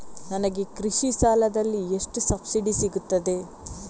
ನನಗೆ ಕೃಷಿ ಸಾಲದಲ್ಲಿ ಎಷ್ಟು ಸಬ್ಸಿಡಿ ಸೀಗುತ್ತದೆ?